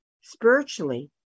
spiritually